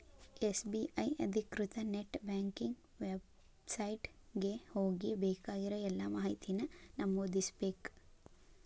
SBI ಅಧಿಕೃತ net banking website ಗೆ ಹೋಗಿ ಬೇಕಾಗಿರೋ ಎಲ್ಲಾ ಮಾಹಿತಿನ ನಮೂದಿಸ್ಬೇಕ್